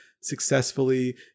successfully